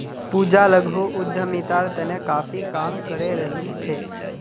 पूजा लघु उद्यमितार तने काफी काम करे रहील् छ